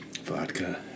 Vodka